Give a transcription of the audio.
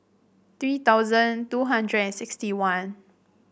three thousand two hundred and sixty one